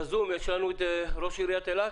ראש עיריית אילת